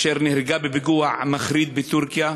אשר נהרגה בפיגוע מחריד בטורקיה